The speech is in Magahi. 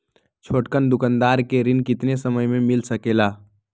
छोटकन दुकानदार के ऋण कितने समय मे मिल सकेला?